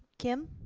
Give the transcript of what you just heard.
kim.